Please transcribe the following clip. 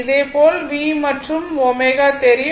இதேபோல் v மற்றும் ω தெரியும்